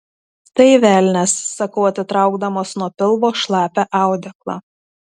tai velnias sakau atitraukdamas nuo pilvo šlapią audeklą